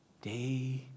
day